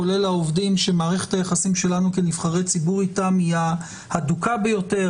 כולל העובדים שמערכת היחסים שלנו כנבחרי ציבור איתם היא ההדוקה ביותר,